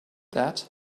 that